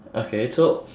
okay so